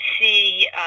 see